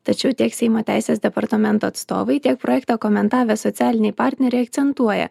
tačiau tiek seimo teisės departamento atstovai tiek projektą komentavę socialiniai partneriai akcentuoja